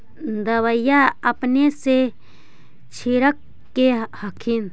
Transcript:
दबइया अपने से छीरक दे हखिन?